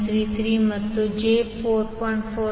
933 ಮತ್ತು j 4